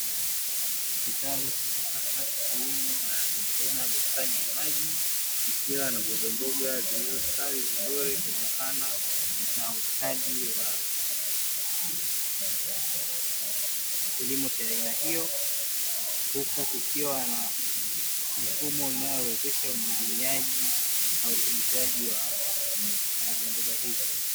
Kitalu cha kisasa cha kilimo aina ya bustani ya maji; ikiwa na mbogamboga zilizostawi vizuri kutokana na ustadi wa kilimo cha aina hiyo, huku kukiwa na mifumo inayowezesha umwagiliaji na urutubishaji wa mbogamboga hizo.